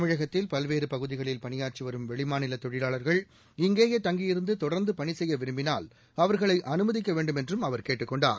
தமிழகத்தில் பல்வேறு பகுதிகளில் பணியாற்றிவரும் வெளிமாநில தொழிலாளர்கள் இங்கேயே தங்கியிருந்து தொடர்ந்து பணி செய்ய விரும்பினால் அவர்களை அனுமதிக்க வேண்டும் என்றும் அவர் கேட்டுக் கொண்டார்